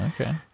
Okay